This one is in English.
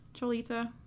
Cholita